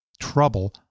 trouble